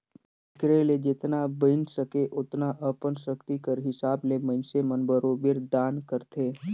तेकरे ले जेतना बइन सके ओतना अपन सक्ति कर हिसाब ले मइनसे मन बरोबेर दान करथे